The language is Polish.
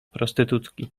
prostytutki